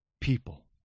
people